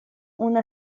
una